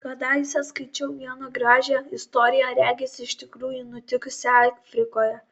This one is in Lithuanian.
kadaise skaičiau vieną gražią istoriją regis iš tikrųjų nutikusią afrikoje